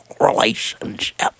relationship